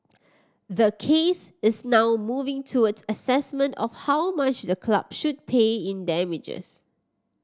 the case is now moving towards assessment of how much the club should pay in damages